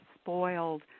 spoiled